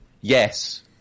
Yes